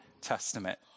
Testament